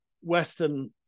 Western